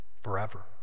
forever